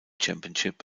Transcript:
championship